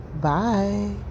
Bye